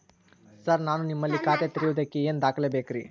Sir ನಾನು ನಿಮ್ಮಲ್ಲಿ ಖಾತೆ ತೆರೆಯುವುದಕ್ಕೆ ಏನ್ ದಾಖಲೆ ಬೇಕ್ರಿ?